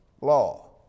law